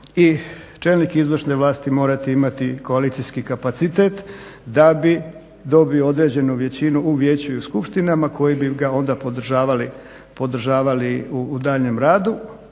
i čelnik izvršne vlasti morati imati koalicijski kapacitet da bi dobio određenu većinu u vijeću i u skupštinama koji bi ga onda podržavali u daljnjem radu,